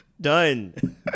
Done